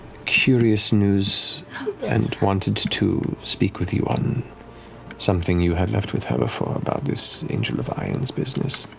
curious news and wanted to speak with you on something you had left with her before about this angel of irons business.